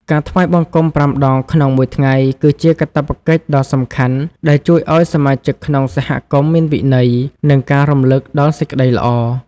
ការថ្វាយបង្គំប្រាំដងក្នុងមួយថ្ងៃ គឺជាកាតព្វកិច្ចដ៏សំខាន់ដែលជួយឱ្យសមាជិកក្នុងសហគមន៍មានវិន័យ និងការរំលឹកដល់សេចក្តីល្អ។